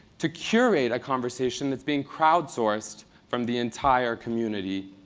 to curate a conversation that's being crowd sourced from the entire community,